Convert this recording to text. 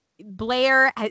Blair